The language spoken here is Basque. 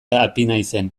apinaizen